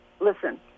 listen